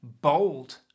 bold